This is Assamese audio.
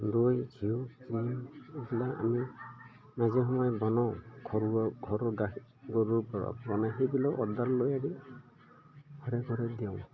দৈ ঘিউ ক্ৰীম এইবিলাক আমি মাজে সময়ে বনাওঁ ঘৰুৱা ঘৰৰ গাখীৰ গৰুৰপৰা বনাই সেইবিলাকো অৰ্ডাল লৈ আদি ঘৰে ঘৰে দিওঁ